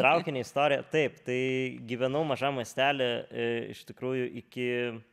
traukinio istorija taip tai gyvenau mažam miestely iš tikrųjų iki